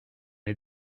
les